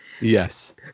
Yes